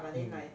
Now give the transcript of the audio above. mm